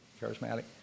charismatic